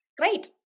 Great